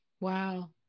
Wow